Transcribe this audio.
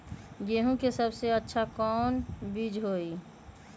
गेंहू के सबसे अच्छा कौन बीज होई?